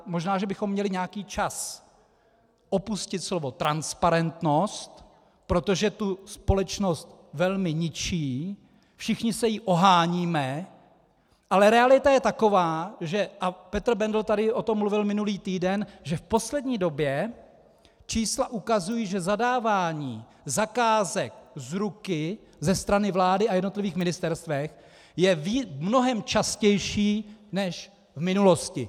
Možná že bychom měli nějaký čas opustit slovo transparentnost, protože tu společnost velmi ničí, všichni se jí oháníme, ale realita je taková, a Petr Bendl tady o tom mluvil minulý týden, že v poslední době čísla ukazují, že zadávání zakázek z ruky ze strany vlády a jednotlivých ministerstev je mnohem častější než v minulosti.